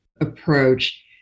approach